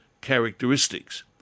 characteristics